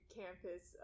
campus